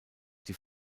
die